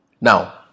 Now